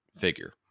figure